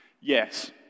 Yes